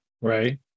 Right